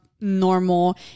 normal